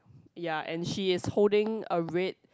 ya and she is holding a red